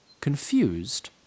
Confused